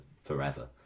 forever